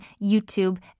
YouTube